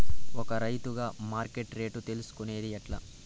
ఒక రైతుగా మార్కెట్ రేట్లు తెలుసుకొనేది ఎట్లా?